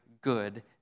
good